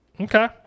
Okay